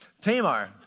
Tamar